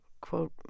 Quote